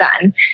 done